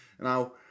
Now